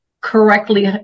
correctly